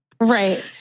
Right